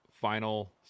Final